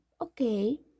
okay